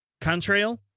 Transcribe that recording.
Contrail